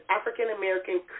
African-American